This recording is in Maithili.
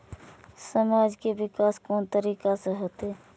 समाज के विकास कोन तरीका से होते?